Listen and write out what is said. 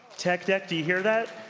tech deck, do you hear that?